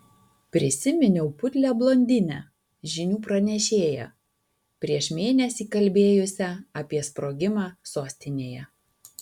prisiminiau putlią blondinę žinių pranešėją prieš mėnesį kalbėjusią apie sprogimą sostinėje